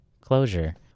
closure